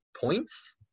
points